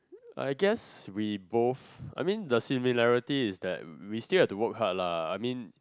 I guess we both I mean the similarity is that we still have to work hard lah I mean